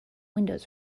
windows